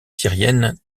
syrienne